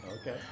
Okay